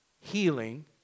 healing